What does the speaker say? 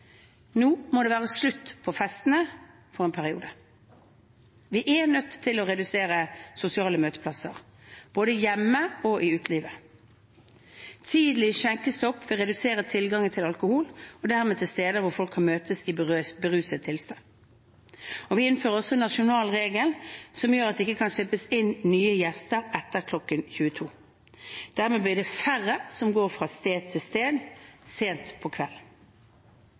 Nå må det være slutt på festene for en periode. Vi er nødt til å redusere sosiale møteplasser, både hjemme og i utelivet. Tidlig skjenkestopp vil redusere tilgangen til alkohol og dermed steder der folk kan møtes i beruset tilstand. Vi innfører også en nasjonal regel som gjør at det ikke kan slippes inn nye gjester etter kl. 22. Dermed blir det færre som går fra sted til sted sent på